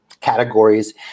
categories